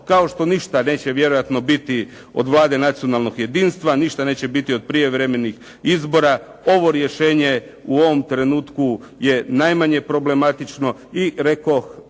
kao što ništa neće vjerojatno biti od Vlade nacionalnog jedinstva, ništa neće biti od prijevremenih izbora, ovo rješenje u ovom trenutku je najmanje problematično i rekoh